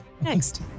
next